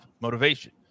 motivation